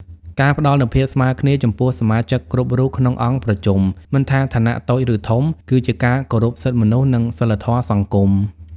ការផ្តល់នូវ "ភាពស្មើគ្នា" ចំពោះសមាជិកគ្រប់រូបក្នុងអង្គប្រជុំ មិនថាឋានៈតូចឬធំ គឺជាការគោរពសិទ្ធិមនុស្ស និងសីលធម៌សង្គម។